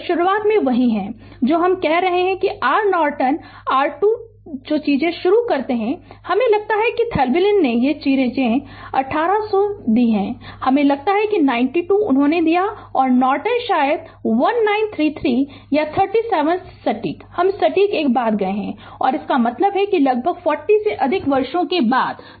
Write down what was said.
वे शुरुआत में वही हैं जो मैं कह रहा हूं कि R नॉर्टन R2 जो चीजें शुरू करते हैं मुझे लगता है कि थेवेनिन ने ये चीजें अठारह 100 दीं हमे लगता है कि 92 उन्होंने दिया और नॉर्टन शायद 1933 या 37 सटीक हम सटीक एक बात गये है और इसका मतलब है लगभग 40 से अधिक वर्षों के बाद हैं